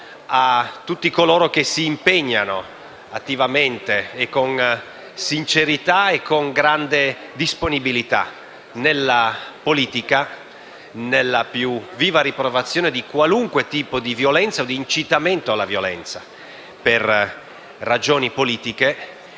a tutti coloro che si impegnano attivamente nella politica, con sincerità e con grande disponibilità, nella più viva riprovazione di qualunque tipo di violenza o di incitamento alla violenza per ragioni politiche.